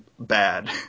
bad